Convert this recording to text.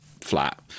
flat